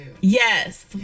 Yes